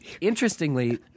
interestingly